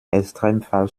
extremfall